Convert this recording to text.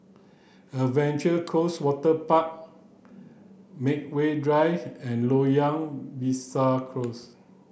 Adventure Cost Waterpark Medway Drive and Loyang Besar Close